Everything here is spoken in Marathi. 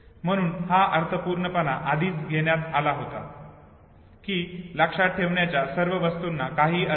म्हणून हा अर्थपूर्णपणा आधीच घेण्यात आला होता कि लक्षात ठेवण्याच्या सर्व वस्तूंना काहीही अर्थ नाही